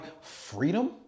freedom